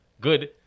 good